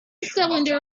cylinder